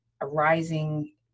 arising